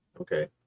Okay